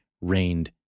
reigned